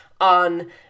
on